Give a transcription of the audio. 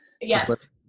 Yes